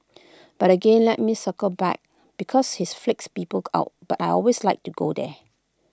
but again let me circle back because this freaks people out but I always like to go there